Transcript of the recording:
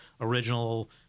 original